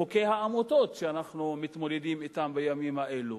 חוקי העמותות שאנחנו מתמודדים אתם בימים אלה.